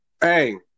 Hey